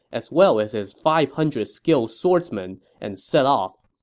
as well as his five hundred skilled swordsmen, and set off.